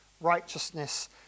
righteousness